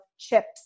Chips